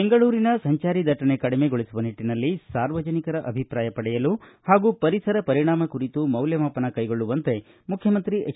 ಬೆಂಗಳೂರಿನ ಸಂಚಾರಿ ದಟ್ಟಣೆ ಕಡಿಮೆಗೊಳಿಸುವ ನಿಟ್ಟನಲ್ಲಿ ಸಾರ್ವಜನಿಕ ಅಭಿಪ್ರಾಯ ಪಡೆಯಲು ಹಾಗೂ ಪರಿಸರ ಪರಿಣಾಮ ಕುರಿತು ಮೌಲ್ಯಮಾಪನ ಕೈಗೊಳ್ಳುವಂತೆ ಮುಖ್ಯಮಂತ್ರಿ ಎಚ್